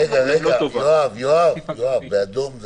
יואב, באדום זה